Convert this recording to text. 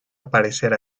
aparecer